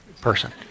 person